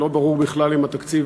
ולא ברור בכלל אם התקציב